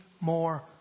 more